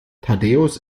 thaddäus